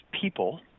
people